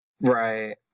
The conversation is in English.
Right